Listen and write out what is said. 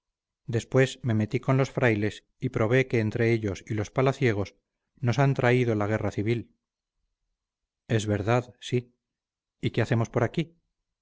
después me metí con los frailes y probé que entre ellos y los palaciegos nos han traído la guerra civil es verdad sí y qué hacemos por aquí